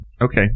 Okay